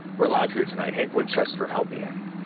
we're live here tonight, hank winchester, help me hank.